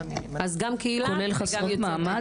אז גם קהילה וגם יוצאות מקלטים.